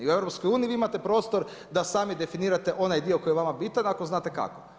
I u EU vi imate prostor da sami definirate onaj dio koji je vama bitan ako znate kako.